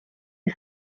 you